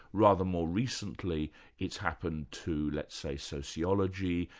rather more recently it's happened to let's say sociology.